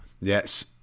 yes